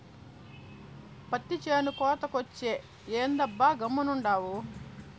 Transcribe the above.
పత్తి చేను కోతకొచ్చే, ఏందబ్బా గమ్మునుండావు